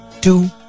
two